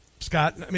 Scott